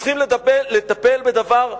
צריכים לטפל בדבר.